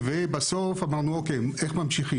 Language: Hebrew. בסוף אמרנו: איך ממשיכים?